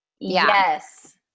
Yes